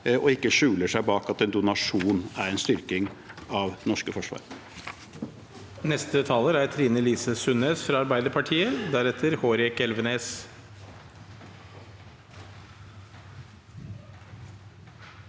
ikke skjuler seg bak at en donasjon er en styrking av det norske forsvaret.